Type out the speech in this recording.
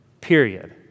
Period